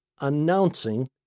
announcing